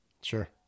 Sure